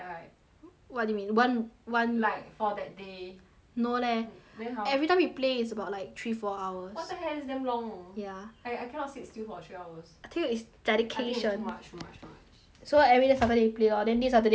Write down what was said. what do you mean one one like for that day no leh then how every time we play is about like three four hours what the heck that's damn long ya I I cannot sit still for three hours I tell you it's dedication I think it's too much too much too much so every saturday play lor then this saturday we play again